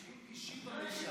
אישי במליאה.